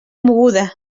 mogoda